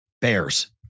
Bears